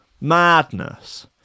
madness